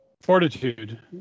Fortitude